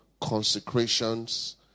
consecrations